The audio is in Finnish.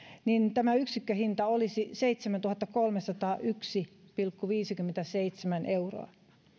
niin tämä yksikköhinta olisi seitsemäntuhattakolmesataayksi pilkku viisikymmentäseitsemän euroa